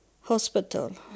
hospital